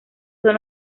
son